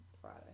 Friday